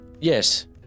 yes